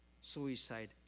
suicide